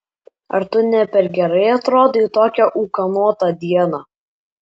ar tu ne per gerai atrodai tokią ūkanotą dieną